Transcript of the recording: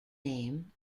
name